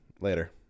Later